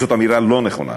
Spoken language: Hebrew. זאת אמירה לא נכונה.